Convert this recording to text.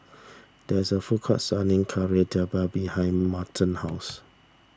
there is a food court selling Kari Debal behind Merton's house